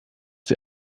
sie